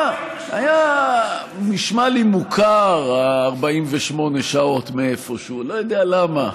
היה נשמע לי מוכר מאיפשהו, 48 השעות, לא יודע למה.